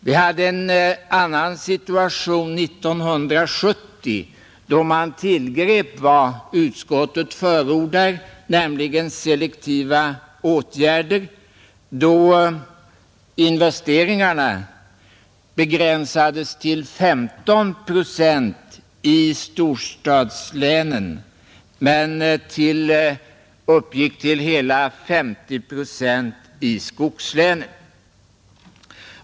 Vi hade en annan situation 1970 då man tillgrep vad utskottet förordat, nämligen selektiva åtgärder, och då investeringarna begränsades till 15 procent i storstadslänen men uppgick till hela 50 procent i skogslänen.